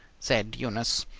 said eunice.